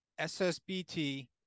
SSBT